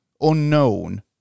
unknown